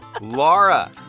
Laura